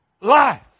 life